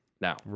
Now